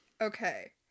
Okay